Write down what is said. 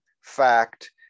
fact